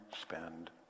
spend